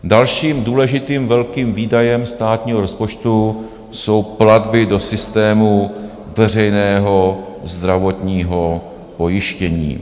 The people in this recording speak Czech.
Dalším důležitým velkým výdajem státního rozpočtu jsou platby do systému veřejného zdravotního pojištění.